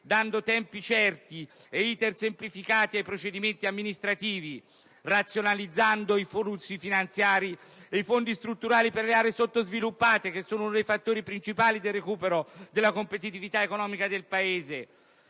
tempi certi e*iter* semplificati per i procedimenti amministrativi. Abbiamo razionalizzato i flussi finanziari e i fondi strutturali per le aree sottosviluppate (uno dei fattori principali per il recupero della competitività economica del Paese).